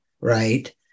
right